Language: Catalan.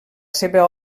seva